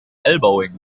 elbowing